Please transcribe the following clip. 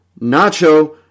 nacho